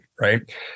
right